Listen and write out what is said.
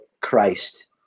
Christ